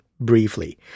briefly